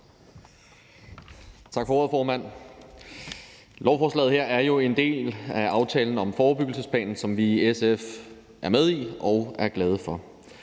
Tak for ordet, formand. Lovforslaget her er jo en del af aftalen om forebyggelsesplanen, som vi i SF er med i og er glade for.